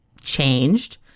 changed